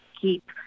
keep